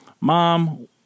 mom